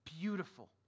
beautiful